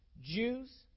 Jews